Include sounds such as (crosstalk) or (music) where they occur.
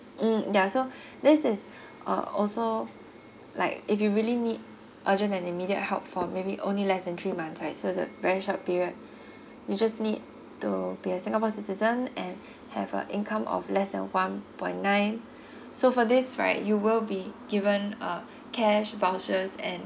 mm ya so (breath) this is (breath) uh also like if you really need urgent and immediate help for maybe only less than three months right so it's a very short period you just need to be a singapore citizen and have a income of less than one point nine (breath) so for this right you will be given uh cash vouchers and